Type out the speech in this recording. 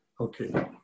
Okay